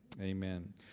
Amen